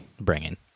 bringing